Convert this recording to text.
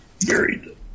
varied